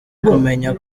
kumenya